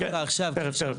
תיכף.